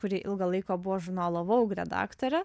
kuri ilgą laiką buvo žurnalo vogue redaktorė